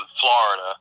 Florida